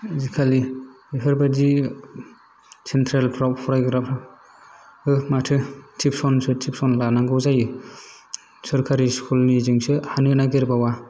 आजिखालि बेफोरबायदि सेनट्रेलफ्राव फरायग्राफ्राबो माथो टिबसनसो टिबसन लानांगौ जायो सोरकारि स्कुलनिजोंसो हानो नागिरबावा